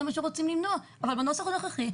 אבל בנוסח הנוכחי,